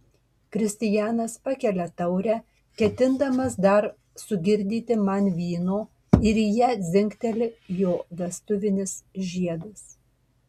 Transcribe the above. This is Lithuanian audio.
kristijanas pakelia taurę ketindamas dar sugirdyti man vyno ir į ją dzingteli jo vestuvinis žiedas